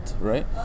right